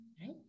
right